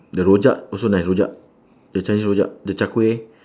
the rojak also nice rojak the chinese rojak the char kway